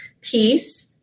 peace